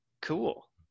cool